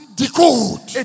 decode